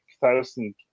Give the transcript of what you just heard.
thousand